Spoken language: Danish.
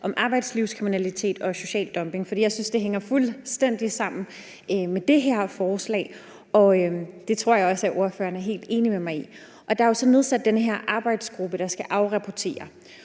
om arbejdslivskriminalitet og social dumping, for jeg synes, det hænger fuldstændig sammen med det her forslag, og det tror jeg også at ordføreren er helt enig med mig i. Der er jo så nedsat denne her arbejdsgruppe, der skal afrapportere.